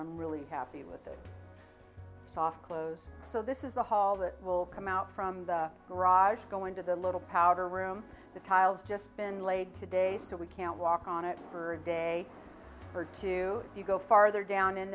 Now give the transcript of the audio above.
i'm really happy with the soft clothes so this is the hall that will come out from the garage going to the little powder room the tiles just been laid today so we can't walk on it for a day or two you go farther down in